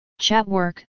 Chatwork